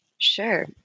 Sure